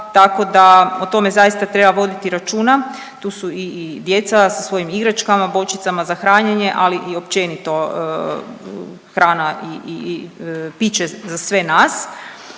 tako da o tome zaista treba voditi računa, tu su i djeca sa svojim igračkama, bočicama za hranjenje, ali i općenito hrana i piće za sve nas.